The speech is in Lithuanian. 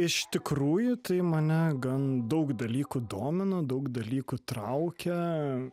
iš tikrųjų tai mane gan daug dalykų domina daug dalykų traukia